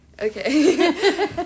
Okay